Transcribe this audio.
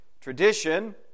Tradition